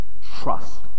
Trust